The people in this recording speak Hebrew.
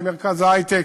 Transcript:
למרכז ההיי-טק,